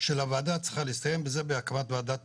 של הוועדה צריכה להסתיים בזה בהקמת ועדת